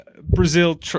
Brazil